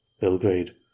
Belgrade